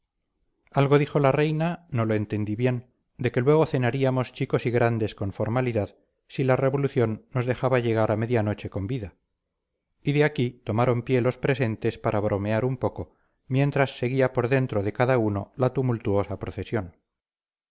algo dijo la reina no lo entendí bien de que luego cenaríamos chicos y grandes con formalidad si la revolución nos dejaba llegar a media noche con vida y de aquí tomaron pie los presentes para bromear un poco mientras seguía por dentro de cada uno la tumultuosa procesión